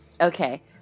Okay